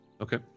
Okay